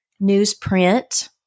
newsprint